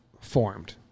formed